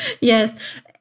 yes